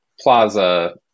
Plaza